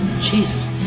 Jesus